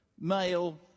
male